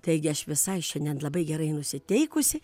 taigi aš visai šiandien labai gerai nusiteikusi